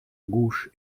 gauche